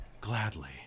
gladly